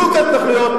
פירוק ההתנחלויות,